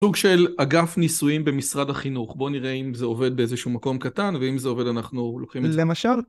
סוג של אגף ניסויים במשרד החינוך בוא נראה אם זה עובד באיזשהו מקום קטן ואם זה עובד אנחנו לוקחים את זה.